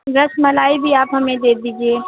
رس ملائی بھی آپ ہمیں دے دیجیے